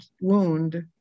wound